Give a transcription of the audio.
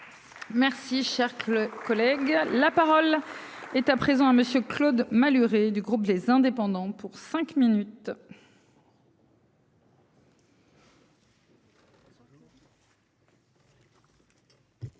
Merci cher que le collègue, la parole est à présent à monsieur Claude Malhuret du groupe les indépendants pour cinq minutes.